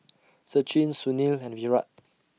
Sachin Sunil and Virat